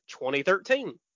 2013